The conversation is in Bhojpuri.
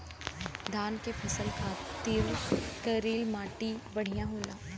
धान के फसल खातिर करील माटी बढ़िया होला